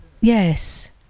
Yes